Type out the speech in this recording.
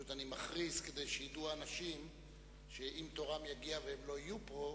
פשוט אני מכריז כדי שידעו האנשים שאם תורם יגיע והם לא יהיו פה,